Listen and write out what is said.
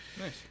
Nice